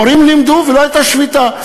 מורים לימדו ולא הייתה שביתה.